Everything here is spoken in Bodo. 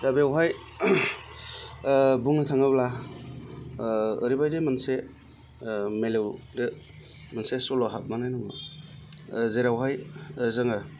दा बेवहाय बुंनो थाङोब्ला ओरैबादि मोनसे मेलेवदो मोनसे सल' हाबनानै दङ जेरावहाय जोङो